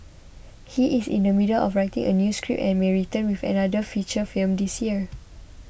he is in the middle of writing a new script and may return with another feature film this year